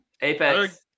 Apex